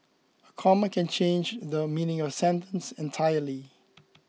a comma can change the meaning of a sentence entirely